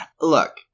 Look